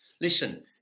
Listen